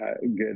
good